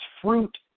fruit